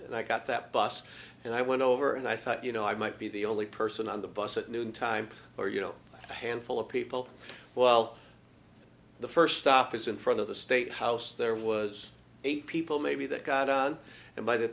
and i got that bus and i went over and i thought you know i might be the only person on the bus at noon time or you know a handful of people well the first stop is in front of the state house there was eight people maybe that got on and by the